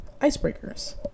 icebreakers